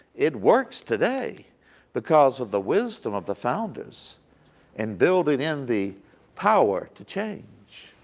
it works today because of the wisdom of the founders in building in the power to change